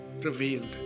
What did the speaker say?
revealed